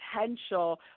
potential